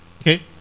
Okay